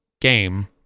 game